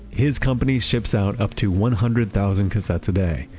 his company ships out up to one hundred thousand cassettes a day,